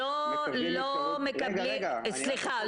סליחה.